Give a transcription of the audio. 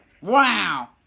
Wow